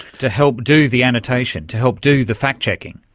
to help do the annotation, to help do the fact-checking.